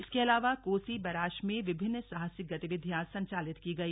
इसके अलावा कोसी बैराज में विभिन्न साहसिक गतिविधियां संचालित की गई